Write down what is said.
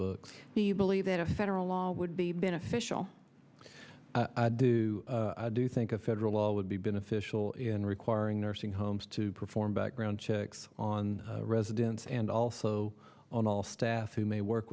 books do you believe that a federal law would be beneficial do do you think a federal law would be beneficial in requiring nursing homes to perform background checks on residents and also on all staff who may work